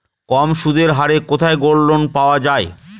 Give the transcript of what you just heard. কম সুদের হারে কোথায় গোল্ডলোন পাওয়া য়ায়?